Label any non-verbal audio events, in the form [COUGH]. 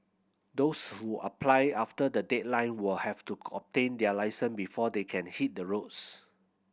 those who apply after the deadline will have to [UNINTELLIGIBLE] their licence before they can hit the roads